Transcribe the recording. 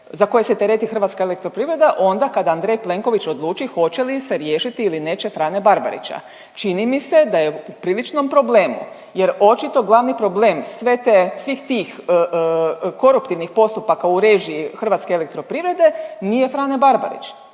za koje se tereti Hrvatska elektroprivreda, onda kada Andrej Plenković odluči hoće li se riješiti ili neće Frane Barbarića. Čini mi se da je u priličnom problemu jer očito glavni problem sve te, svih tih koruptivnih postupaka u režiji Hrvatske elektroprivrede nije Frane Barbarić,